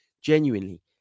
genuinely